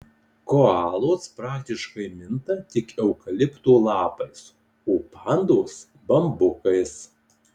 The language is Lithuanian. koalos praktiškai minta tik eukalipto lapais o pandos bambukais